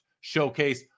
Showcase